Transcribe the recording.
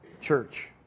church